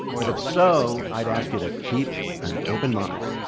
but if so, i'd ask you to keep an open mind